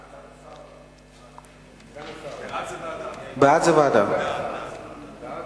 ההצעה להעביר את הנושא לוועדת החוץ